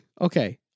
Okay